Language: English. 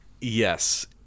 Yes